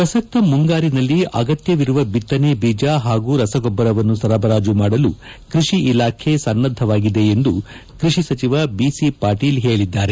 ಪ್ರಸಕ್ತ ಮುಂಗಾರಿನಲ್ಲಿ ಅಗತ್ಯವಿರುವ ಬಿತ್ತನೆ ಬೀಜ ಹಾಗೂ ರಸಗೊಬ್ಬರವನ್ನು ಸರಬರಾಜು ಮಾಡಲು ಕೃಷಿ ಇಲಾಖೆ ಸನ್ನದ್ದವಾಗಿದೆ ಎಂದು ಕೃಷಿ ಸಚಿವ ಬಿಸಿ ಪಾಟೀಲ್ ಹೇಳಿದ್ದಾರೆ